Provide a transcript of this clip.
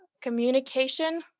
communication